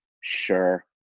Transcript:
sure